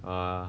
uh